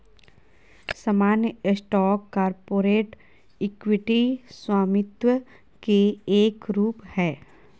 सामान्य stock corporate equity स्वामित्व के एक रूप हय